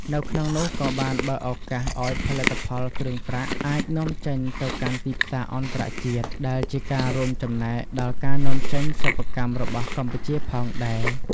នៅក្នុងនោះ ក៏បានបើកឱកាសឲ្យផលិតផលគ្រឿងប្រាក់អាច នាំចេញទៅកាន់ទីផ្សារអន្តរជាតិ ដែលជាការរួមចំណែកដល់ការនាំចេញសិប្បកម្មរបស់កម្ពុជាផងដែរ។